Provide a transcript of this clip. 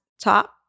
top